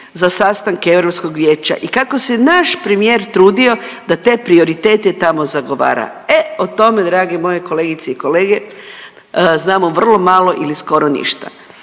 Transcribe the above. vijeća i kako se naš premijer trudio da te prioritete tamo zagovara. E o tome drage moje kolegice i kolege znamo vrlo malo ili skoro ništa.